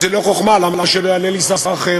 זו לא חוכמה, למה שלא יענה לי שר אחר?